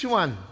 one